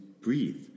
breathe